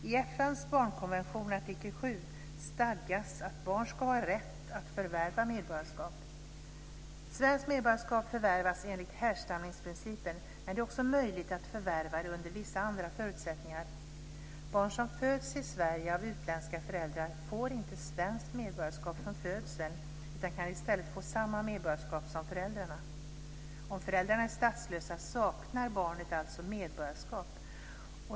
I FN:s barnkonvention artikel 7 stadgas att barn ska ha rätt att förvärva medborgarskap. Svensk medborgarskap förvärvas enligt härstamningsprincipen, men det är också möjligt att förvärva det under vissa andra förutsättningar. Barn som föds i Sverige av utländska föräldrar får inte svenskt medborgarskap från födseln utan kan i stället få samma medborgarskap som föräldrarna. Om föräldrarna är statslösa saknar barnet alltså medborgarskap.